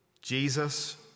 Jesus